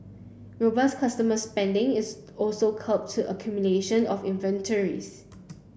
robust consumer spending is also curbed the accumulation of inventories